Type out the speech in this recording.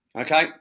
Okay